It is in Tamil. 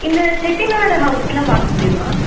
இந்த செட்டி நாடு ஹவுஸெலாம் பார்க்க முடியுமா